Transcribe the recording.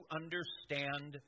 understand